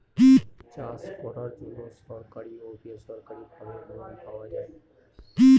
চাষ করার জন্য সরকারি ও বেসরকারি ভাবে লোন পাওয়া যায়